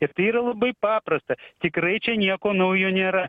ir tai yra labai paprasta tikrai čia nieko naujo nėra